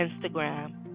Instagram